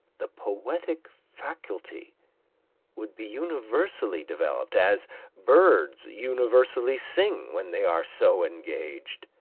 the poetic faculty would be universally developed, as birds universally sing when they are so engaged?